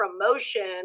promotion